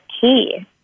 key